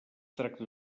tracta